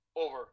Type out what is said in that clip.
over